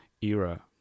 era